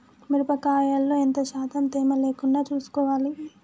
మిరప కాయల్లో ఎంత శాతం తేమ లేకుండా చూసుకోవాలి?